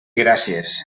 gràcies